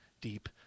deep